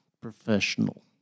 Professional